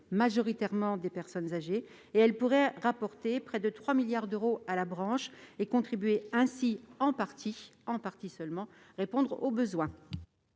majoritairement des personnes âgées. Cela pourrait rapporter près de 3 milliards d'euros à la branche et contribuer ainsi, en partie seulement, à répondre aux besoins.